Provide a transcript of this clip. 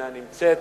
אינה נמצאת,